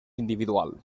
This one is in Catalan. individual